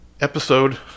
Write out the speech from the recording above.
episode